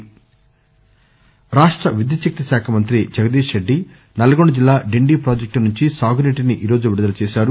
UNI Jagadish Reddy రాష్ణ విద్యుచ్చక్తి శాఖ మంత్రి జగదీష్ రెడ్డి నల్గొండ జిల్లా డిండి ప్రాజెక్టు నుంచి సాగునీటిని ఈరోజు విడుదల చేశారు